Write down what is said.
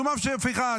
שום הפיכה, שום הפיכה.